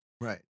Right